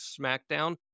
SmackDown